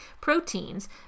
proteins